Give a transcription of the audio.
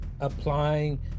applying